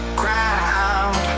ground